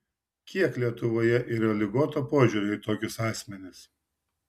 kiek lietuvoje yra ligoto požiūrio į tokius asmenis